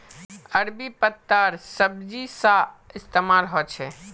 अरबी पत्तार सब्जी सा इस्तेमाल होछे